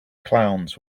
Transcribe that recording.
clowns